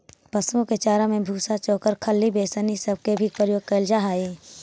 पशुओं के चारा में भूसा, चोकर, खली, बेसन ई सब के भी प्रयोग कयल जा हई